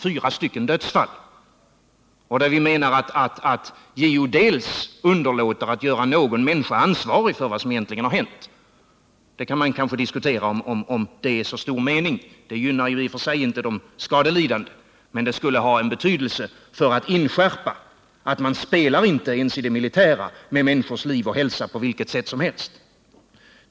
För det första är det fråga om att JO underlåter att göra någon människa ansvarig för vad som egentligen har hänt. Man kan kanske diskutera om det är så stor mening i att göra detta — det gynnar ju i och för sig inte de skadelidande, men det skulle ha betydelse för att inskärpa att man spelar inte ens i det militära med människors liv och hälsa på vilket sätt som helst.